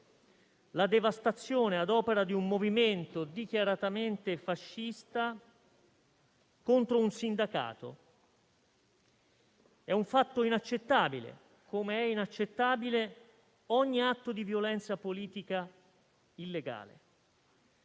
la devastazione ad opera di un movimento dichiaratamente fascista contro un sindacato: è un fatto inaccettabile, com'è inaccettabile ogni atto di violenza politica illegale.